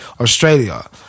Australia